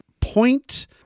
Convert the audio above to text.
point